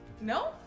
No